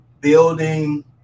building